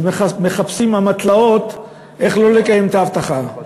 מחפשים אמתלות איך לא לקיים את ההבטחות.